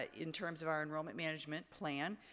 ah in terms of our enrollment management plan,